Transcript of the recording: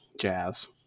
jazz